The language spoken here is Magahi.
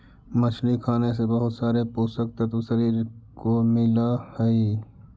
मछली खाने से बहुत सारे पोषक तत्व शरीर को मिलअ हई